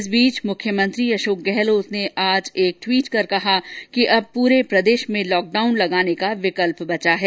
इस बीच मुख्यमंत्री अशोक गहलोत ने आज एक ट्वीट कर कहा कि अब पूरे प्रदेश में लॉकडाउन लगाने का विकल्प बचा है